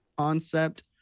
concept